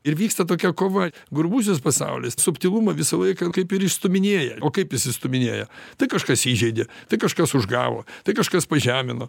ir vyksta tokia kova grubusis pasaulis subtilumą visą laiką kaip ir išstūminėja o kaip jis išstūminėja tai kažkas įžeidė tai kažkas užgavo tai kažkas pažemino